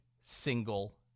single